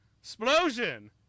Explosion